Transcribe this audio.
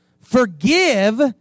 forgive